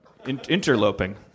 Interloping